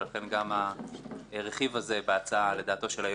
לכן גם הרכיב הזה בהצעה, לדעת היועץ,